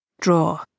Draw